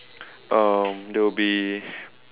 um there will be